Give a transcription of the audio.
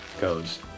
goes